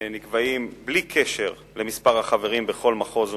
נקבעים בלי קשר למספר החברים בכל מחוז ומחוז.